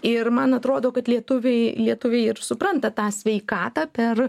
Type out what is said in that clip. ir man atrodo kad lietuviai lietuviai ir supranta tą sveikatą per